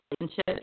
relationship